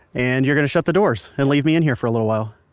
and you're going to shut the doors and leave me in here for a little while